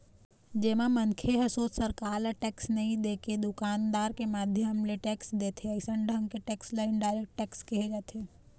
जेमा मनखे ह सोझ सरकार ल टेक्स नई देके दुकानदार के माध्यम ले टेक्स देथे अइसन ढंग के टेक्स ल इनडायरेक्ट टेक्स केहे जाथे